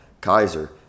Kaiser